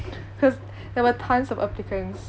cause there were tons of applicants